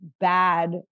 bad